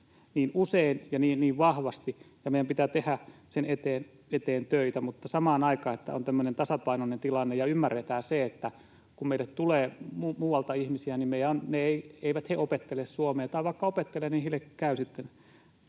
niin usein ja niin vahvasti, ja meidän pitää tehdä sen eteen töitä mutta samaan aikaan niin, että on tämmöinen tasapainoinen tilanne ja ymmärretään se, että kun meille tulee muualta ihmisiä, niin eivät he opettele suomea, tai vaikka opettelevat, niin heille käy sitten